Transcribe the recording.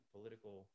Political